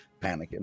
panicking